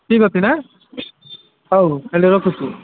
ଠିକ୍ ଅଛି ନାଁ ହଉ ହେଲେ ରଖୁଛି